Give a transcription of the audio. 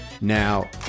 now